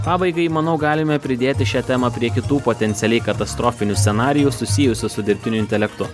pabaigai manau galime pridėti šią temą prie kitų potencialiai katastrofinių scenarijų susijusių su dirbtiniu intelektu